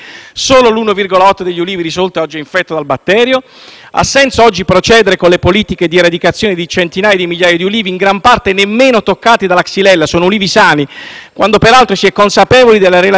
Ha senso oggi procedere con le politiche di eradicazioni di centinaia di migliaia di olivi, in gran parte nemmeno toccati dalla xylella (sono ulivi sani), quando - peraltro - si è consapevoli della relativa inutilità ai fini dell'eliminazione dall'ambiente del batterio?